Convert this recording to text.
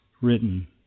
written